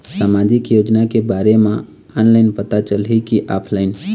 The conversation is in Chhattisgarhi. सामाजिक योजना के बारे मा ऑनलाइन पता चलही की ऑफलाइन?